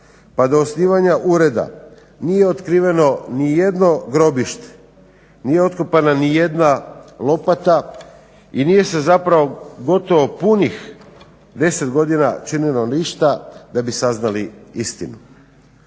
pa do osnivanja ureda nije otkriveno ni jedno grobište, nije otkopana ni jedna lopata i nije se zapravo gotovo punih 10 godina činilo ništa da bi saznali istinu.